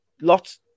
Lots